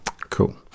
Cool